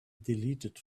deleted